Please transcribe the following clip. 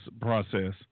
process